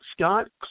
Scott